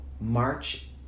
March